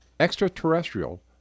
extraterrestrial